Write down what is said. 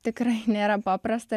tikrai nėra paprasta